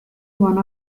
one